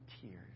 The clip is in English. tears